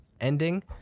ending